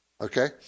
okay